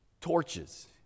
torches